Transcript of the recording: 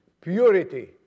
purity